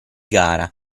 gara